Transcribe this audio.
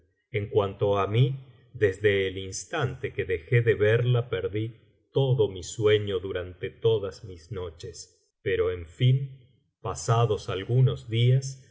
en cuanto á mí desde el instante que dejó de verla perdí todo mi sueño durante todas mis noches pero en fin pasados algunos días